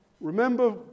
Remember